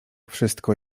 wszystko